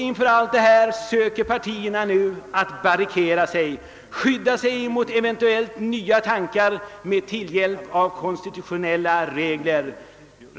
Inför allt detta söker partierna nu barrikadera sig, skydda sig mot eventuella ny tankar med tillhjälp av konstitutionella regler.